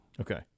okay